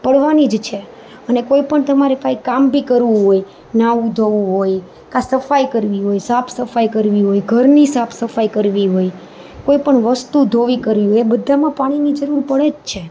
પડવાની જ છે અને કોઈ પણ તમારે કાંઈક કામ બી કરવું હોય નહાવું ધોવું હોય ક્યાં સફાઇ કરવી હોય સાફ સફાઇ કરવી હોય ઘરની સાફ સફાઇ કરવી હોય કોઈ પણ વસ્તુ ધોવી કરવી હોય એ બધાંયમાં પાણીની જરૂર પડે જ છે